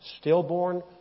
stillborn